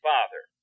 Father